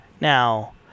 Now